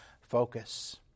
focus